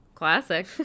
classic